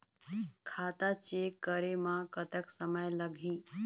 खाता चेक करे म कतक समय लगही?